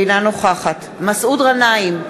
אינה נוכחת מסעוד גנאים,